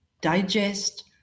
digest